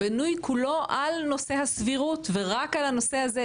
בנוי כולו על נושא הסבירות ורק על הנושא הזה,